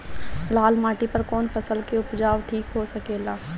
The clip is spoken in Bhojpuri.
लाल माटी पर कौन फसल के उपजाव ठीक हो सकेला?